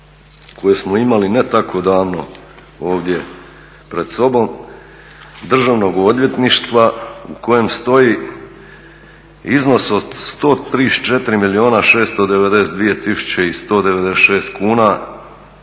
koje smo imali ne tak davno ovdje pred sobom državnog odvjetništva u kojem stoji iznos od 134 milijuna 692 tisuće 196 kuna